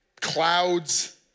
clouds